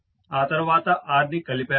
ఆ తర్వాత R ని కలిపాము